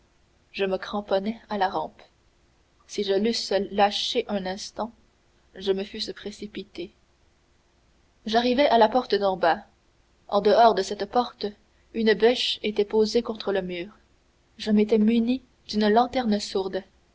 je me cramponnai à la rampe si je l'eusse lâchée un instant je me fusse précipité j'arrivai à la porte d'en bas en dehors de cette porte une bêche était posée contre le mur je m'étais muni d'une lanterne sourde